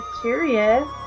curious